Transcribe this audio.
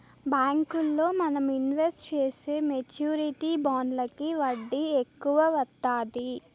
బ్యాంకుల్లో మనం ఇన్వెస్ట్ చేసే మెచ్యూరిటీ బాండ్లకి వడ్డీ ఎక్కువ వత్తాది